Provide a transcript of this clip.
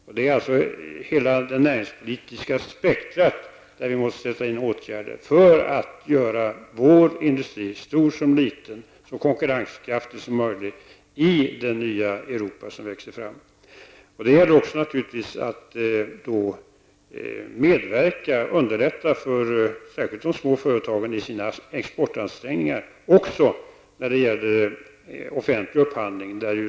Det gäller alltså hela det näringspolitiska spektrum, där det måste vidtas åtgärder för att göra vår industri, stor som liten, så konkurrenskraftig som möjligt i det nya Europa som växer fram. Då måste man underlätta, särskilt för de små företagen i sina exportansträngningar, också när det gäller offentliga upphandlingar.